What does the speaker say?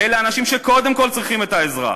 ואלה האנשים שקודם כול צריכים את העזרה,